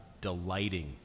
delighting